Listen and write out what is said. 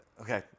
Okay